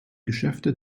geschäfte